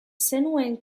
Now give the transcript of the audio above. zenuen